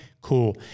Cool